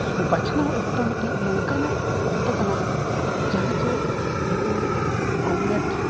ᱵᱟᱪᱷᱱᱟᱣ ᱚᱠᱛᱚ ᱢᱤᱫᱴᱤᱡ ᱱᱚᱝᱠᱟᱱᱟᱜ ᱚᱠᱛᱚ ᱠᱟᱱᱟ ᱡᱟᱦᱟᱸ ᱪᱮ ᱱᱩᱠᱩ ᱜᱚᱵᱷᱚᱨᱱᱢᱮᱱᱴ